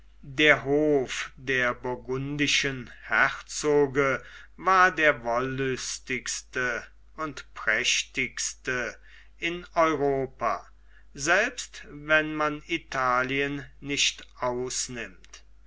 der hof der burgundischen herzoge war der wollüstigste und prächtigste in europa selbst wenn man italien nicht ausnimmt